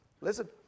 listen